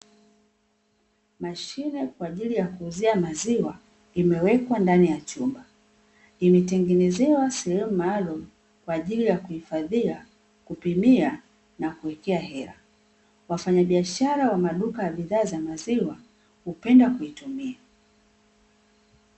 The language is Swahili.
Mashine kwa ajili ya kuuzia maziwa imewekwa ndani ya chumba, imetengenezewa sehemu malumu kwajili ya kuhifadhia, kupimia na kuwekea ela wafanya biashara wa duka la bidhaa ya maziwa hupenda kuitumia.